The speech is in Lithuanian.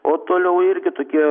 o toliau irgi tokie